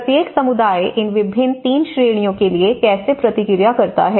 प्रत्येक समुदाय इन विभिन्न 3 श्रेणियों के लिए कैसे प्रतिक्रिया करता है